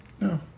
No